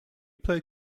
played